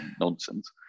nonsense